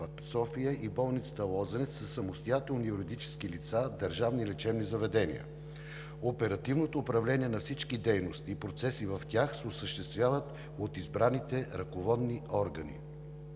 София, и болницата „Лозенец“ са самостоятелни юридически лица – държавни лечебни заведения. Оперативното управление на всички дейности и процеси в тях се осъществява от избраните ръководни органи.